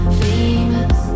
famous